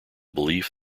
belief